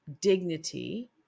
dignity